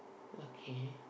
okay